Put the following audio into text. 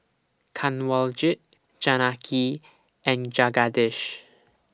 Kanwaljit Janaki and Jagadish